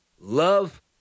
Love